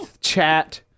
chat